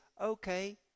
okay